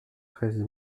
treize